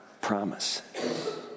promise